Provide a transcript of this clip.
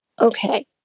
Okay